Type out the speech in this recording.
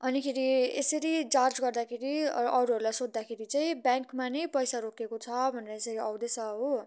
अनिखेरि यसरी जाँच गर्दाखेरि अरूहरूलाई सोध्दाखेरि चाहिँ ब्याङ्कमा नै पैसा रोकिएको छ भनेर चाहिँ आउँदैछ हो